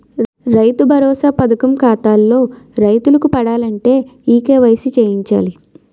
రైతు భరోసా పథకం ఖాతాల్లో రైతులకు పడాలంటే ఈ కేవైసీ చేయించాలి